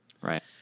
Right